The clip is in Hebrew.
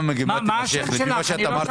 לפי מה שאת אמרת